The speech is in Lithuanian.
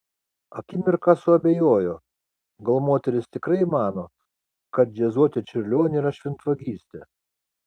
akimirką suabejojo gal moteris tikrai mano kad džiazuoti čiurlionį yra šventvagystė